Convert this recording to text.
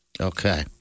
Okay